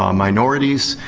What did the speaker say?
um minorities.